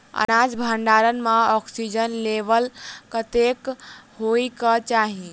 अनाज भण्डारण म ऑक्सीजन लेवल कतेक होइ कऽ चाहि?